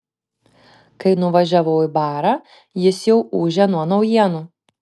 kai nuvažiavau į barą jis jau ūžė nuo naujienų